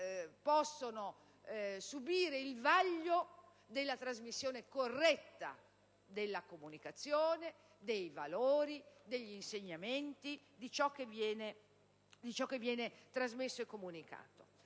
possono subire il vaglio della trasmissione corretta della comunicazione, dei valori, degli insegnamenti di ciò che viene trasmesso e comunicato.